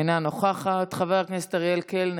אינה נוכחת, חבר הכנסת אריאל קלנר,